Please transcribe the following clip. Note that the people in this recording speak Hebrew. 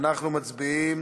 אנחנו מצביעים